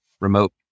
remote